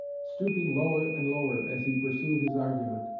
stooping lower and lower as he pursued his argument,